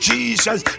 Jesus